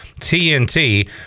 TNT